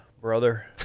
brother